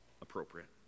appropriate